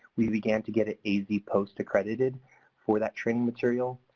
we began to get it az-post accredited for that training material.